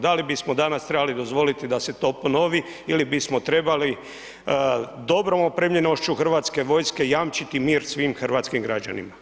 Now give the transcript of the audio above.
Da li bismo danas trebali dozvoliti da se to ponovi ili bismo trebali dobrom opremljenošću hrvatske vojske jamčiti mir svim hrvatskim građanima?